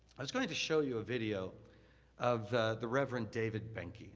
i was going to show you a video of the reverend david benke.